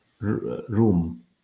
Room